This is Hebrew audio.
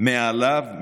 מעליו,